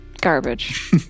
garbage